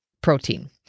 protein